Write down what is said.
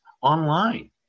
online